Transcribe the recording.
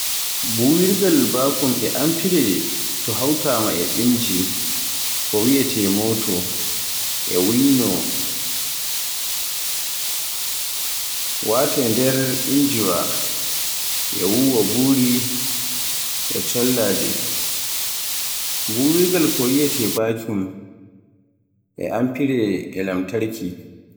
Buwirgaal vacuum e amfire to hautaama e inji ko wi'ete moto, e wiyno waate nder injiwa e wuwa buri e chollaaje. Buwirgaal ko wiyeete vacuum e amfire e lamtarki.